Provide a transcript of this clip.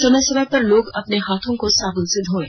समय समय पर लोग अपने हाथों को साबुन से धोये